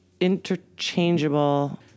interchangeable